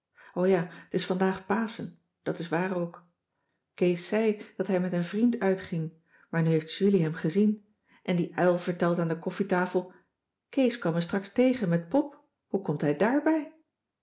ja t is vandaag paschen dat is waar ook kees zei dat hij met een vriend uitging maar nu heeft julie hem gezien en die uil vertelt aan de koffietafel kees kwam me straks tegen met pop hoe komt hij daarbij